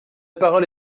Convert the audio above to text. parole